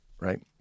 right